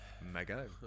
Mega